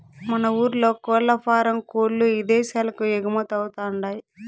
మన ఊర్ల కోల్లఫారం కోల్ల్లు ఇదేశాలకు ఎగుమతవతండాయ్